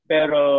Pero